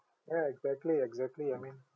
ya exactly exactly I mean